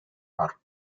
her